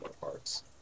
parts